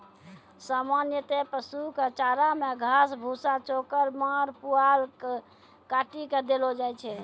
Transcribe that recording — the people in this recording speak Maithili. सामान्यतया पशु कॅ चारा मॅ घास, भूसा, चोकर, माड़, पुआल काटी कॅ देलो जाय छै